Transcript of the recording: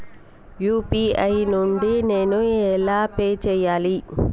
UPI నుండి నేను ఎలా పే చెయ్యాలి?